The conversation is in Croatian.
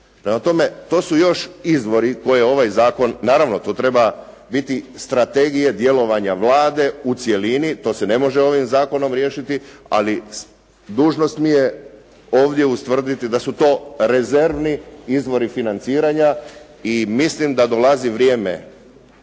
to su još izvori koje ovaj zakon, naravno to treba biti strategije djelovanja Vlade u cjelini, to se ne može ovim zakonom riješiti ali dužnost mi je ovdje ustvrditi da su to rezervni izvori financiranja i mislim da dolazi vrijeme